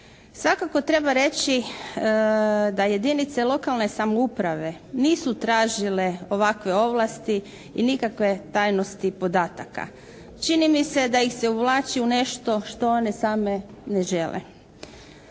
Svakako treba reći da jedinice lokalne samouprave nisu tražile ovakve ovlasti i nikakve tajnosti podataka. Čini mi se da ih se uvlači u nešto što one same ne žele.